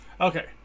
Okay